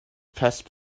passed